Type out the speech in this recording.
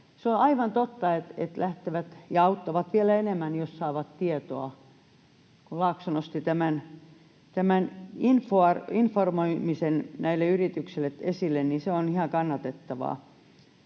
Se on aivan totta, että ne lähtevät ja auttavat vielä enemmän, jos saavat tietoa. Laakso nosti esille tämän informoimisen näille yrityksille, ja se on ihan kannatettavaa.